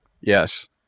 Yes